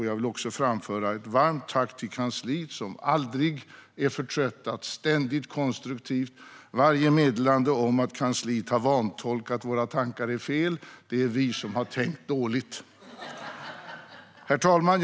Jag vill också framföra ett varmt tack till kansliet, som aldrig är uttröttat utan ständigt konstruktivt. Varje meddelande om att kansliet har vantolkat våra tankar är fel; det är vi som har tänkt dåligt. Herr talman!